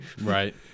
Right